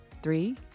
Three